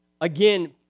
Again